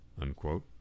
unquote